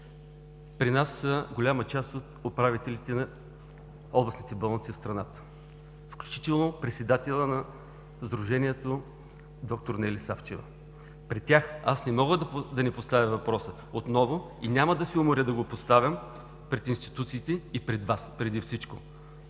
при нас са голяма част от управителите на областните болници в страната, включително председателят на Сдружението д-р Нели Савчева. Пред тях аз не мога да не поставя въпроса отново и няма да се уморя да го поставям пред институциите и пред Вас преди всичко.